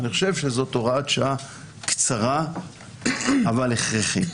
אני חושב שזו הוראת שעה קצרה אבל הכרחית.